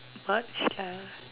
not shy